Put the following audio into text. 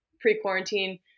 pre-quarantine